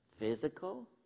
physical